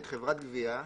חברת גבייה,